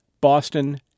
Boston